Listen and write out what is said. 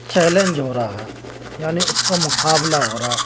challenge ہو رہا یعنی اس کا مقابلہ ہو رہا